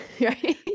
Right